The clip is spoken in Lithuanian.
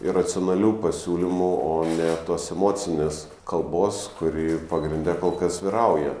ir racionalių pasiūlymų o ne tos emocinės kalbos kuri pagrinde kol kas vyrauja